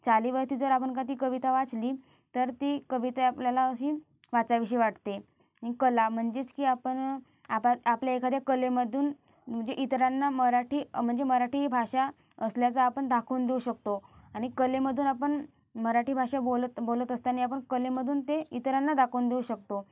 चालीवरती जर आपण का ती कविता वाचली तर ती कविता आपल्याला अशी वाचाविशी वाटते कला मंजेच की आपण आपा आपल्या एखाद्या कलेमधून मंजे इतरांना मराठी म्हणजे मराठी भाषा असल्याचा आपण दाखवून देऊ शकतो आणि कलेमधून आपण मराठी भाषा बोलत बोलत असतानी आपण कलेमधून ते इतरांना दाखवून देऊ शकतो